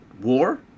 war